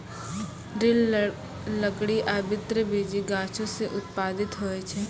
दृढ़ लकड़ी आवृति बीजी गाछो सें उत्पादित होय छै?